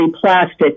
plastic